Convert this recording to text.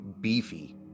beefy